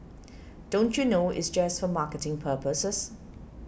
don't you know it's just for marketing purposes